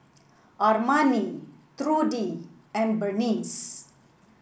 Armani Trudi and Berneice